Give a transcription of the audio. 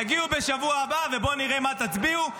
תגיעו בשבוע הבא, ובואו נראה מה תצביעו.